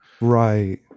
right